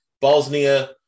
Bosnia